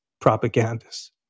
propagandists